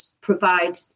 provide